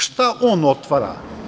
Šta on otvara?